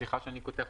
סליחה שאני קוטע.